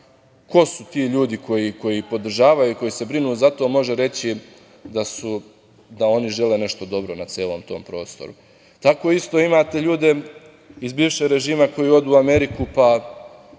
ko su ti ljudi koji podržavaju, koji se brinu za to može reći da oni žele nešto dobro na celom tom prostoru. Tako isto imate ljude iz bivšeg režima koji odu u Ameriku pa